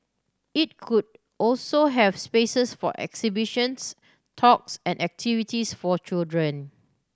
it could also have spaces for exhibitions talks and activities for children